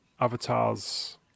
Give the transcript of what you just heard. Avatar's